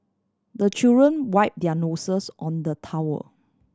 the children wipe their noses on the towel